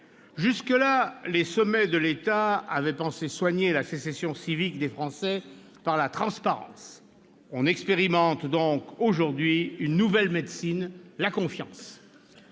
présent, les sommets de l'État avaient pensé soigner la sécession civique des Français par la transparence. On expérimente donc une nouvelle médecine : la confiance.